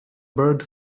bird